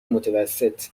متوسط